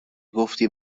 گفتی